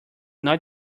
not